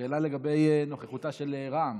שאלה לגבי נוכחותה של רע"ם.